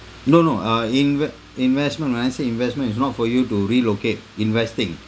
no no uh inve~ investment when I say investment is not for you to relocate investing